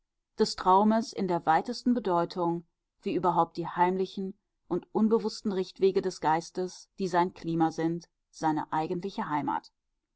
des traumes in der weitesten bedeutung wie überhaupt die heimlichen und unbewußten richtwege des geistes die sein klima sind seine eigentliche heimat